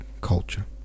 culture